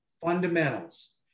fundamentals